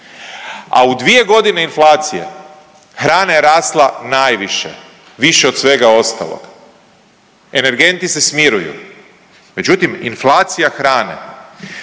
a u dvije godine inflacije hrana je rasla najviše, više od svega ostalog. Energenti se smiruju, međutim inflacija hrane